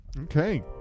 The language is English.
Okay